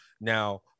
now